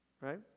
right